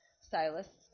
stylists